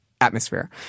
atmosphere